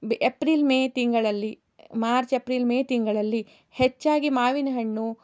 ಬೆ April May ತಿಂಗಳಲ್ಲಿ March April May ತಿಂಗಳಲ್ಲಿ ಹೆಚ್ಚಾಗಿ ಮಾವಿನ ಹಣ್ಣು